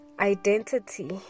identity